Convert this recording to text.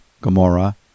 Gomorrah